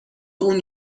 اون